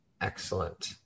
Excellent